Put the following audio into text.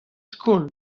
skol